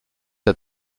der